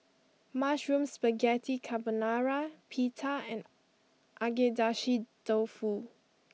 Mushroom Spaghetti Carbonara Pita and Agedashi Dofu